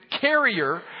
carrier